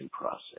process